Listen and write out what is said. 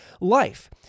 life